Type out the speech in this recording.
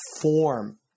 form